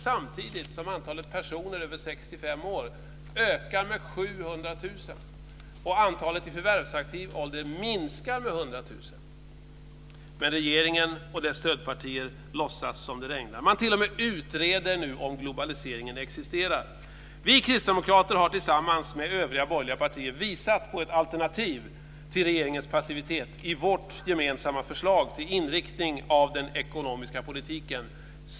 Samtidigt kommer antalet personer över 65 år att öka med 700 000, och antalet i förvärvsaktiv ålder att minska med 100 000. Men regeringen och dess stödpartier låtsas som det regnar. Nu utreder man t.o.m. om globaliseringen existerar. Vi kristdemokrater har tillsammans med övriga borgerliga partier visat på ett alternativ till regeringens passivitet i vårt gemensamma förslag till inriktning av den ekonomiska politiken.